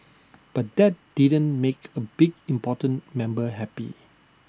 but that didn't make A big important member happy